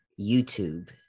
YouTube